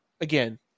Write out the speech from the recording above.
again